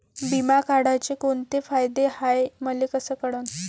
बिमा काढाचे कोंते फायदे हाय मले कस कळन?